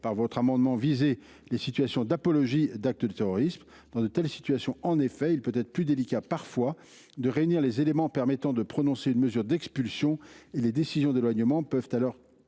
présent amendement, lequel vise les situations d’apologie d’actes de terrorisme. Dans de telles situations, en effet, il peut être plus délicat de réunir les éléments permettant de prononcer une mesure d’expulsion. Les décisions d’éloignement peuvent alors